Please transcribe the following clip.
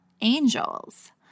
angels